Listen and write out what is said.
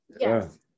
yes